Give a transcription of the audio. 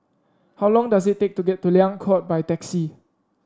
how long does it take to get to Liang Court by taxi